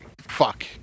fuck